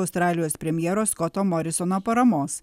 australijos premjero skoto morisono paramos